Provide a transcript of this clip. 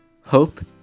hope